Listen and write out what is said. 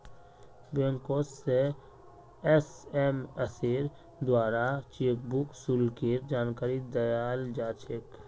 बैंकोत से एसएमएसेर द्वाराओ चेकबुक शुल्केर जानकारी दयाल जा छेक